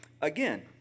Again